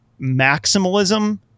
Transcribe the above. maximalism